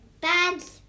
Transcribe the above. Bags